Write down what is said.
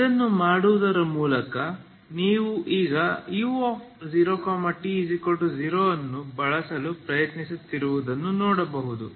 ಇದನ್ನು ಮಾಡುವುದರ ಮೂಲಕ ನೀವು ಈಗ u0t0 ಅನ್ನು ಬಳಸಲು ಪ್ರಯತ್ನಿಸುತ್ತಿರುವುದನ್ನು ನೋಡಬಹುದು